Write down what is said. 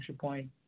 point